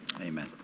amen